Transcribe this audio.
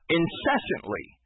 incessantly